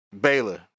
baylor